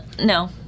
no